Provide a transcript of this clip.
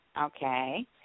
okay